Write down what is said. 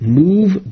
move